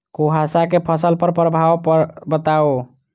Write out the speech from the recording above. कुहासा केँ फसल पर प्रभाव बताउ?